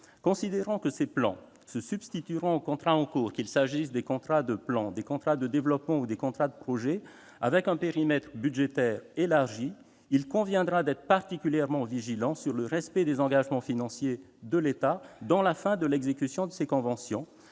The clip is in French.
Considérant que ces plans se substitueront aux contrats en cours, qu'il s'agisse des contrats de plan, des contrats de développement ou des contrats de projets, avec un périmètre budgétaire élargi, il conviendra d'être particulièrement vigilant sur le respect des engagements financiers de l'État en fin d'exécution des conventions.